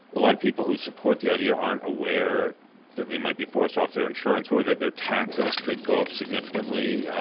a lot of people who support the idea aren't aware that they might be forced off their insurance or that their taxes could go up significantly,